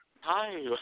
Hi